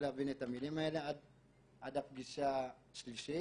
להבין את המילים האלה עד הפגישה השלישית.